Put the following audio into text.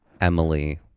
Emily